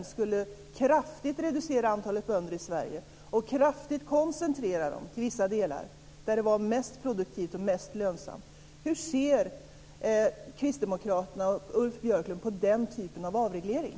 Det skulle kraftigt reducera antalet bönder i Sverige och kraftigt koncentrera dem till vissa delar där det är mest produktivt och mest lönsamt. Hur ser Kristdemokraterna och Ulf Björklund på den typen av avreglering?